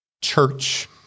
church